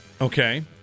Okay